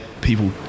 people